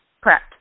Correct